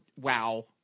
wow